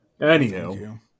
Anywho